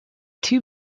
two